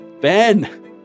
Ben